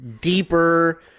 deeper